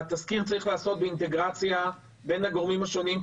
התסקיר צריך להיעשות באינטגרציה בין הגורמים השונים,